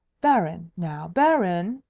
baron! now, baron!